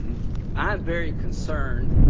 i'm very concerned.